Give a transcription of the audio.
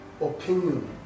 opinion